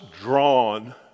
drawn